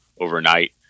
overnight